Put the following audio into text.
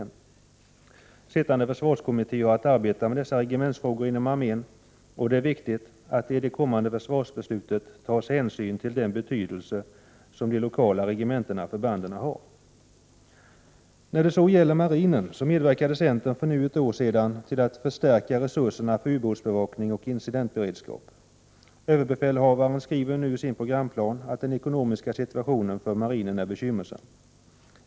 Den sittande försvarskommittén har att arbeta med dessa regementsfrågor inom armén, och det är viktigt att det i det kommande försvarsbeslutet tas hänsyn till den betydelse I som de lokala regementena eller förbanden har. När det så gäller marinen vill jag framhålla att centern för ett år sedan medverkade till att förstärka resurserna för ubåtsbevakning och incidentberedskap. Överbefälhavaren skriver nu i sin programplan att den ekonomiska situationen för marinen är bekymmersam.